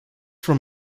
from